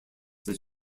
that